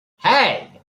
hey